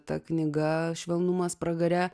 ta knyga švelnumas pragare